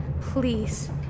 please